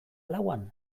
lauan